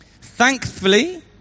Thankfully